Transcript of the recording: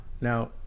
Now